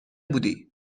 بودی